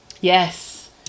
yes